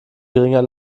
geringer